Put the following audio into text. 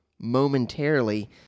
momentarily